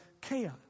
chaos